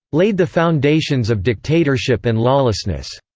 laid the foundations of dictatorship and lawlessness.